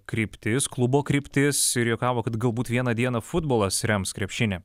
kryptis klubo kryptis ir juokavo kad galbūt vieną dieną futbolas rems krepšinį